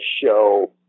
show